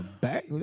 back